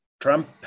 Trump